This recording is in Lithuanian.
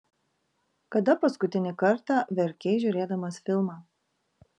kada paskutinį kartą verkei žiūrėdamas filmą